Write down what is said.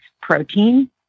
protein